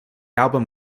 album